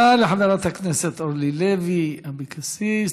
תודה לחברת הכנסת אורלי לוי אבקסיס.